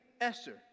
Esther